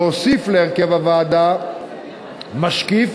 להוסיף להרכב הוועדה משקיף